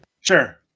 Sure